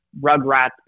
Rugrats